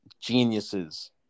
geniuses